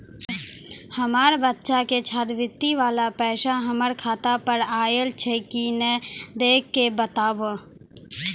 हमार बच्चा के छात्रवृत्ति वाला पैसा हमर खाता पर आयल छै कि नैय देख के बताबू?